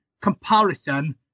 comparison